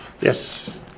yes